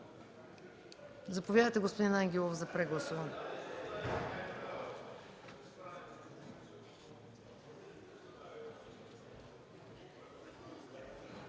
Заповядайте, господин Ангелов, за прегласуване.